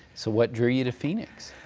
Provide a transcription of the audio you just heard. so what drew you to phoenix?